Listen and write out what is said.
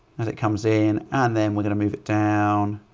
as it comes in, and then we're going to move it down.